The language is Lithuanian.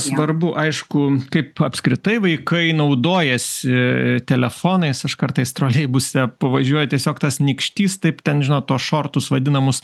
svarbu aišku kaip apskritai vaikai naudojasi telefonais aš kartais troleibuse pavažiuoju tiesiog tas nykštys taip ten žinot tuos šortus vadinamus